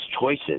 choices